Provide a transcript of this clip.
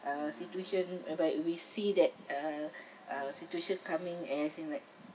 uh situation whereby if we see that uh uh situation coming as in like